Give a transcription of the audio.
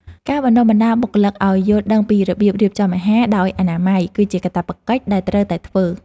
ការបណ្តុះបណ្តាលបុគ្គលិកឱ្យយល់ដឹងពីរបៀបរៀបចំអាហារដោយអនាម័យ គឺជាកាតព្វកិច្ចដែលត្រូវតែធ្វើ។